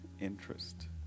interest